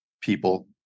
people